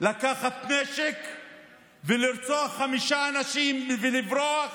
לקחת נשק ולרצוח חמישה אנשים ולברוח